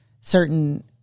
certain